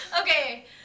Okay